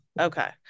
Okay